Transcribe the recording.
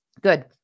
Good